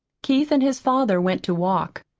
keith and his father went to walk.